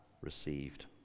received